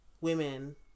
women